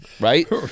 right